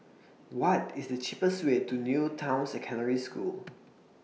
What IS The cheapest Way to New Town Secondary School